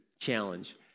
challenge